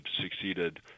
succeeded